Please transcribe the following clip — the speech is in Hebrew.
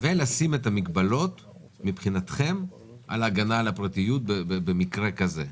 ולשים את המגבלות מבחינתכם על הגנה על הפרטיות במקרה כזה.